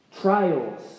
trials